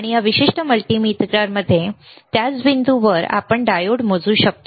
आणि या विशिष्ट मल्टीमीटरमध्ये त्याच बिंदूवर आपण डायोड मोजू शकतो